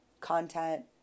content